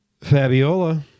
Fabiola